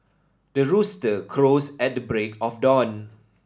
the rooster crows at the break of dawn